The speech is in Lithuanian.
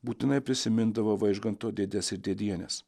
būtinai prisimindavo vaižganto dėdes ir dėdienes